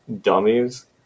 dummies